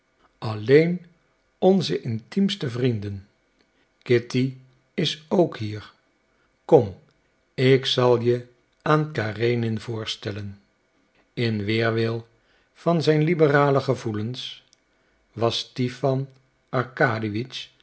alleen onze intiemste vrienden kitty is ook hier kom ik zal je aan karenin voorstellen in weerwil van zijn liberale gevoelens was